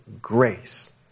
Grace